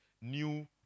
new